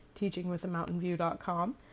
teachingwithamountainview.com